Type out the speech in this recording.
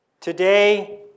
today